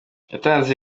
yatanze